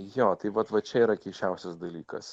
jo tai vat va čia yra keisčiausias dalykas